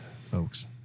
folks